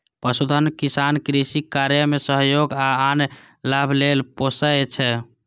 पशुधन किसान कृषि कार्य मे सहयोग आ आन लाभ लेल पोसय छै